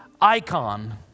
icon